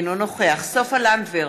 אינו נוכח סופה לנדבר,